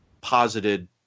posited